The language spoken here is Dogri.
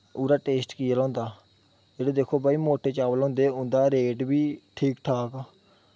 ओह्दा टेस्ट कनेहा होंदा ओह्दा दिक्खो भाई मोटे चावल होंदे उं'दा रेट बी ठीक ठाक